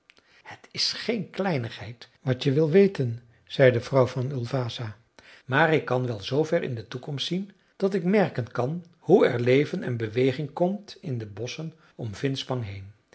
het is geen kleinigheid wat je wil weten zei de vrouw van ulvasa maar ik kan wel zoover in de toekomst zien dat ik merken kan hoe er leven en beweging komt in de bosschen om